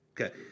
Okay